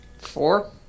Four